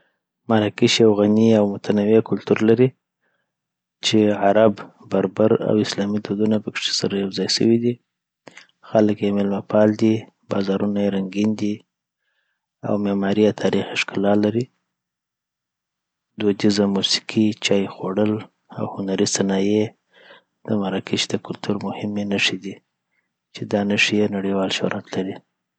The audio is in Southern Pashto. مراکش یو غني او متنوع کلتور لري چې عرب، بربر، او اسلامي دودونه پکښې سره یو سوي دي. خلک یې میلمه‌پال دي، بازارونه یې رنګین دي، او معمارۍ یې تاریخي ښکلا لري.. دودیزه موسیقي، چای خوړل، او هنري صنایع د مراکش د کلتور مهمې نښې دي چی دا نښې یی نړیوال شهرت لری